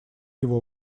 его